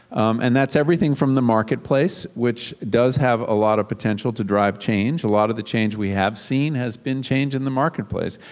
and that's everything from the marketplace which does have a lot of potential to drive change, a lot of the change we have seen has been change in the marketplace.